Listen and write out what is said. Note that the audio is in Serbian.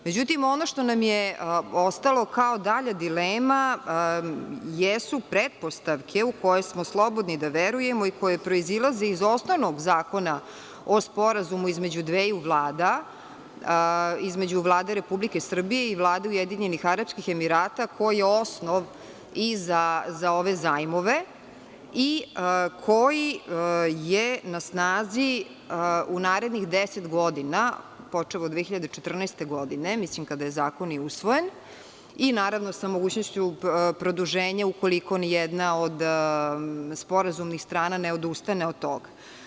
Međutim, ono što nam je ostalo kao dalja dilema jesu pretpostavke u koje smo slobodni da verujemo i koje proizilaze iz osnovnog zakona o sporazumu između dveju vlada, između Vlade RS i Vlade Ujedinjenih Arapskih Emirata, koji je osnov i za ove zajmove i koji je na snazi u narednih 10 godina, počev od 2014. godine, kada je zakon i usvojen i, naravno, sa mogućnošću produženja, ukoliko ni jedna od sporazumnih strana ne odustane od toga.